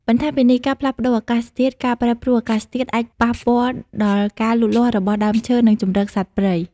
បន្ថែមពីនេះការផ្លាស់ប្តូរអាកាសធាតុ ការប្រែប្រួលអាកាសធាតុអាចប៉ះពាល់ដល់ការលូតលាស់របស់ដើមឈើ និងជម្រកសត្វព្រៃ។